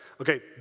Okay